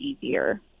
easier